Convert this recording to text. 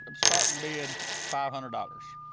um starting bid five hundred dollars.